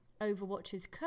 Overwatch's